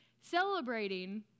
Celebrating